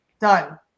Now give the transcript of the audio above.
done